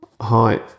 Hi